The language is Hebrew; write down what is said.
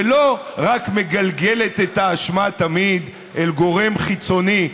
ולא רק מגלגלת את האשמה תמיד אל גורם חיצוני.